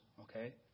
okay